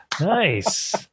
Nice